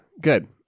Good